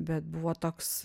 bet buvo toks